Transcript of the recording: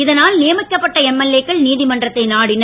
இதனால் நியமிக்கப்பட்ட எம்எல்ஏக்கள் நீதிமன்றத்தை நாடினர்